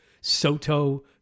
Soto